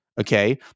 Okay